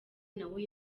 nawe